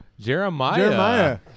Jeremiah